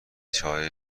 چارهای